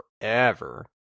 forever